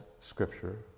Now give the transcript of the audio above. Scripture